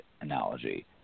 analogy